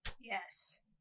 Yes